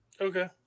Okay